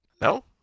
No